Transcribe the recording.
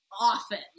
often